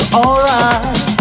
alright